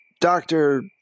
Doctor